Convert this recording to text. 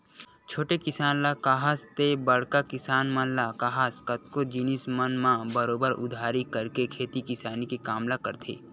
छोटे किसान ल काहस ते बड़का किसान मन ल काहस कतको जिनिस मन म बरोबर उधारी करके खेती किसानी के काम ल करथे